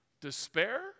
Despair